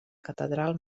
catedral